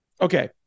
Okay